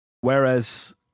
Whereas